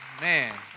man